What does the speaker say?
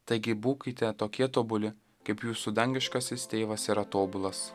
taigi būkite tokie tobuli kaip jūsų dangiškasis tėvas yra tobulas